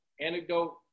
anecdote